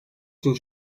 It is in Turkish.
için